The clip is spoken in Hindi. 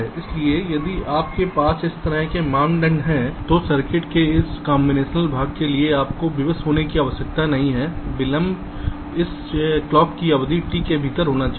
इसलिए यदि आपके पास इस तरह के मानदंड हैं तो सर्किट के इस कॉन्बिनेशनल भाग के लिए आपको विवश होने की आवश्यकता नहीं है विलंब उस क्लॉक की अवधि t के भीतर होना चाहिए